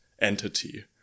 entity